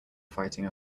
fighting